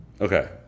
Okay